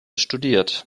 studiert